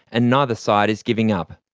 and neither side is giving up.